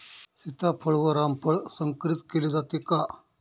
सीताफळ व रामफळ संकरित केले जाते का?